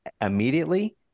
immediately